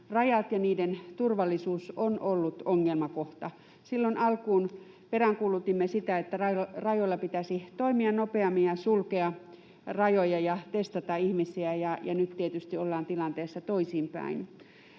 rajat ja niiden turvallisuus on ollut ongelmakohta. Silloin alkuun peräänkuulutimme sitä, että rajoilla pitäisi toimia nopeammin ja sulkea rajoja ja testata ihmisiä, ja nyt tietysti ollaan tilanteessa toisinpäin.